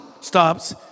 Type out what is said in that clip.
Stops